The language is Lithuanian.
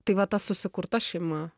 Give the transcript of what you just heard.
tai va ta susikurta šeima